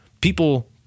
People